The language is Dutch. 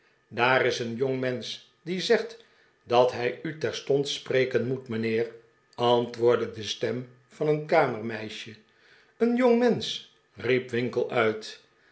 daar is een jongmensch die zegt dat hij u terstond spreken moet mijnheer antwoordde de stem van een kamermeisje een jongmensch riep winkle uit